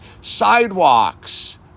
sidewalks